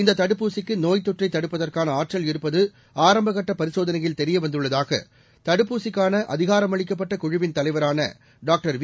இந்த தடுப்பூசிக்கு நோய்த் தொற்றை தடுப்பதற்கான ஆற்றல் இருப்பது ஆரம்ப கட்ட பரிசோதனையில் தெரியவந்துள்ளதாக தடுப்பூசிக்கான அதிஊரமளிக்கப்பட்ட குழுவின் தலைவரான டாக்டர் வி